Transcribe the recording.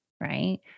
right